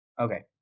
Okay